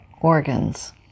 organs